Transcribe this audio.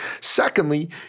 Secondly